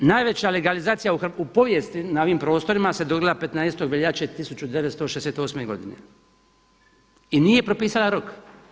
Najveća legalizacija u povijesti na ovim prostorima se dogodila 15. veljače 1968. godine i nije propisala rok.